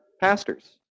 pastors